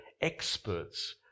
experts